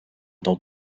dans